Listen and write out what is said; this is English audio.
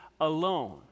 alone